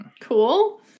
cool